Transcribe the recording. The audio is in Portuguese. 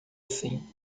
assim